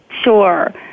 Sure